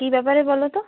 কী ব্যাপারে বলো তো